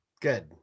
Good